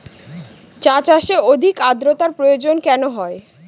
চা চাষে অধিক আদ্রর্তার প্রয়োজন কেন হয়?